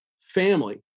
family